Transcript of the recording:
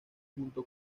junto